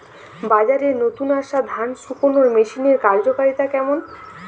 বাজারে নতুন আসা ধান শুকনোর মেশিনের কার্যকারিতা কেমন?